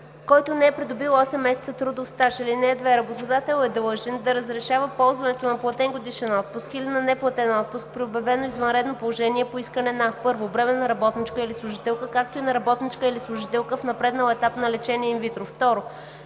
който не е придобил 8 месеца трудов стаж. (2) Работодателят е длъжен да разрешава ползването на платен годишен отпуск или на неплатен отпуск при обявено извънредно положение по искане на: 1. бременна работничка или служителка, както и на работничка или служителка в напреднал етап на лечение инвитро;